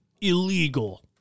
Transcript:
Illegal